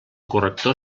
corrector